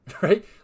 right